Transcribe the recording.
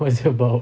what is it about